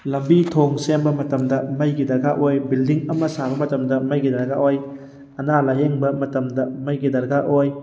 ꯂꯝꯕꯤ ꯊꯣꯡ ꯁꯦꯝꯕ ꯃꯇꯝꯗ ꯃꯩꯒꯤ ꯗꯔꯀꯥꯔ ꯑꯣꯏ ꯕꯤꯜꯗꯤꯡ ꯑꯃ ꯁꯥꯕ ꯃꯇꯝꯗ ꯒꯤ ꯗꯔꯀꯥꯔ ꯑꯣꯏ ꯑꯅꯥ ꯂꯥꯌꯦꯡꯕ ꯃꯇꯝꯗ ꯃꯩꯒꯤ ꯗꯔꯀꯥꯔ ꯑꯣꯏ